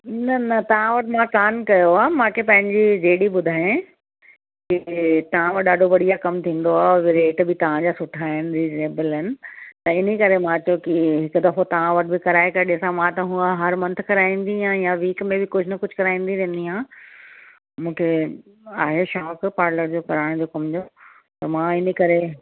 न न तव्हां वटि मां कान कयो आहे मांखे पंहिंजी डैडी ॿुधाएं कि तव्हां वटि ॾाढो बढ़िया कमु थींदो आहे और रेट बि तव्हांजा सुठा आहिनि रिजनेबल आहिनि त इनकरे मां चयो कि हिकु दफ़ो तव्हां वटि बि कराए करे ॾिसां मां त हू हर मंथ कराईंदी आहियां या वीक में बि कुझु न कुझु कराईंदी रहंदी आहियां मूंखे आहे शौक़ु पार्लर जो कराइण जो कम जो त मां इनकरे